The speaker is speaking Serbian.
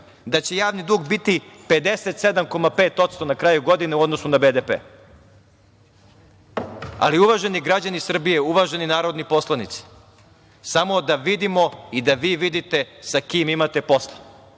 da će javni dug biti 57,5% na kraju godine u odnosu na BDP.Uvaženi građani Srbije, uvaženi narodni poslanici, samo da vidimo i da vi vidite sa kim imate posla.